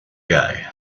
guy